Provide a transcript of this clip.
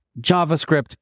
JavaScript